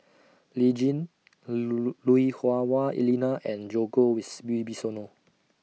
Lee Tjin Lui Hah Wah Elena and Djoko